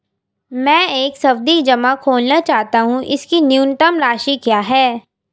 मैं एक सावधि जमा खोलना चाहता हूं इसकी न्यूनतम राशि क्या है?